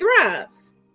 thrives